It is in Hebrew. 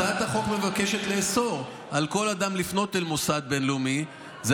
הצעת החוק מבקשת לאסור על כל אדם לפנות אל מוסד בין-לאומי כאמור,